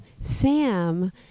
Sam